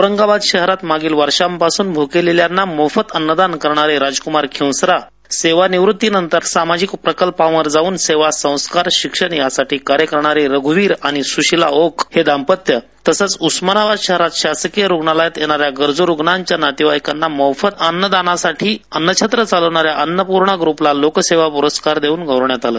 औरंगाबाद शहरात मागील वर्षांपासून भुकेलेल्यांना मोफत अन्नदान करणारे राजक्मार खिवसर सेवानिवृत्तीनंतर सामाजिक प्रकल्पावर जाऊन सेवा संस्कार शिक्षण यासाठी कार्य करणारे रघ्वीर आणि सुशील ओक हे दांपत्य तसंच उस्मानाबाद शहरात शासकीय रुग्णालयात गरज् रुग्णांच्या नातेवाईकांना मोफत अन्नदानासाठी अन्नछत्र चालविनाऱ्या अन्नपूर्णा ग्रुप यांना लोकसेवा पुरस्कार देऊन गौरवण्यात आलं